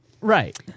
Right